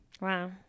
Wow